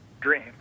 dream